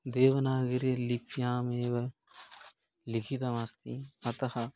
देवनागरिलिप्यामेव लिखितमस्ति अतः